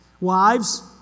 Wives